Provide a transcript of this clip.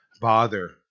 bother